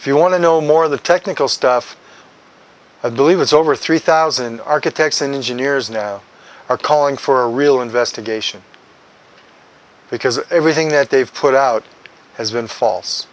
if you want to know more of the technical stuff i believe it's over three thousand architects and engineers now are calling for a real investigation because everything that they've put out has been false